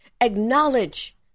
acknowledge